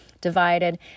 divided